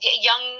Young